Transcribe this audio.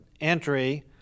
entry